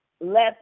Let